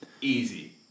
Easy